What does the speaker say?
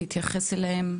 ויתייחס אליהם,